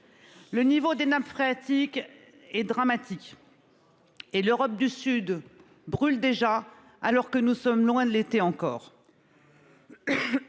Le niveau des nappes phréatiques est dramatique. Et l'Europe du Sud brûle déjà alors que nous sommes loin de l'été encore.